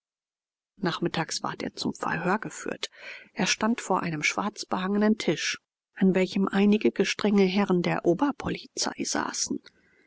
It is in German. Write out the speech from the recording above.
nachmittags ward er zum verhör geführt er stand vor einem schwarzbehangenen tisch an welchem einige gestrenge herren der oberpolizei saßen